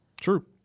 True